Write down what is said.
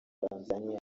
tanzaniya